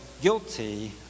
guilty